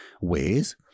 ways